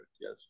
yes